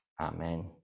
Amen